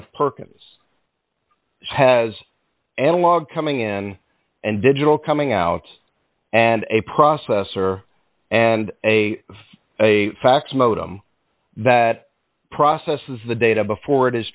of perkins has analog coming in and digital coming out and a processor and a fax modem that processes the data before it is